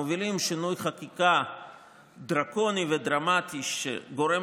מובילים שינוי חקיקה דרקוני ודרמטי שגורם